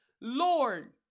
Lord